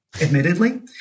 admittedly